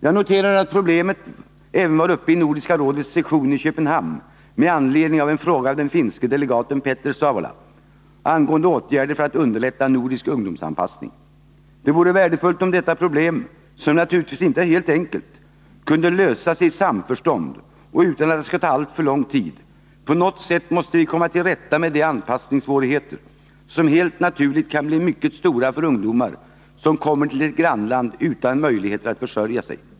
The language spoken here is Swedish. Jag noterar att problemet även var uppe i Nordiska rådets session i Köpenhamn med anledning av en fråga av den finske delegaten Petter Savola angående åtgärder för att underlätta nordisk ungdomsanpassning. Det vore värdefullt om detta problem, som naturligtvis inte är så enkelt, kunde lösas i samförstånd och utan att det skall ta alltför lång tid. På något sätt måste vi komma till rätta med de anpassningssvårigheter som helt naturligt kan bli mycket stora för ungdomar som kommer till ett grannland utan möjligheter att försörja sig.